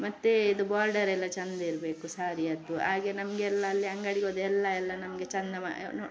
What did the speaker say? ಮತ್ತೇ ಇದು ಬಾರ್ಡರ್ ಎಲ್ಲ ಚೆಂದ ಇರಬೇಕು ಸಾರಿಯದ್ದು ಹಾಗೆ ನಮಗೆಲ್ಲ ಅಲ್ಲಿ ಅಂಗಡಿಗೋದರೆ ಎಲ್ಲ ಎಲ್ಲ ನಮಗೆ ಚೆಂದ